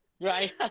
right